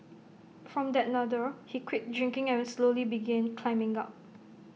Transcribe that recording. from that Nadir he quit drinking and slowly began climbing up